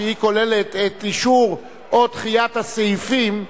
שכוללת אישור או דחיית הסעיפים,